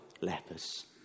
lepers